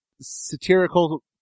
satirical